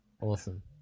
Awesome